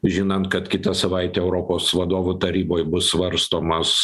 žinant kad kitą savaitę europos vadovų taryboj bus svarstomas